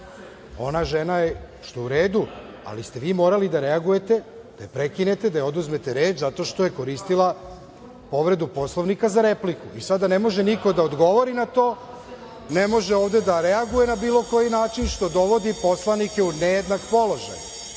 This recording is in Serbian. Ona žena, što je u redu, ali ste vi morali da reagujete, da je prekinete i da joj oduzmete reč, zato što je koristila povredu Poslovnika za repliku.I sada ne može niko da odgovori na to, ne može da reaguje ovde na bilo koji način, što dovodi poslanike u nejednak položaj